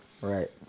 Right